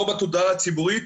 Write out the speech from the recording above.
לא בתודעה הציבורית,